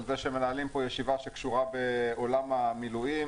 על זה שמנהלים פה ישיבה שקשורה בעולם המילואים,